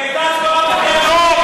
כי הייתה הצבעה בקריאה שלישית.